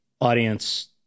audience